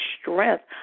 strength